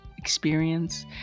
experience